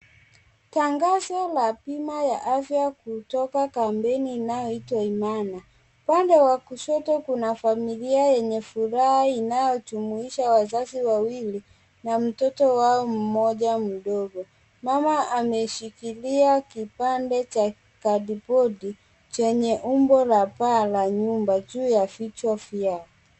Tangazo la bima ya afya kutoka kampeni inayoitwa Imana. Upande wa kushoto kuna familia yenye furaha inayojumuisha wazazi wawili na mtoto wao mmoja mdogo. Mama ameshikilia kipade cha kadibodi chenye umbo la paa la nyumba juu ya vichwa vyao.